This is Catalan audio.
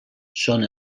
són